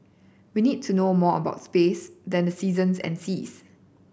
we need to know more about space than the seasons and seas